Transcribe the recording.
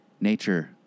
nature